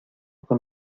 con